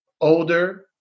older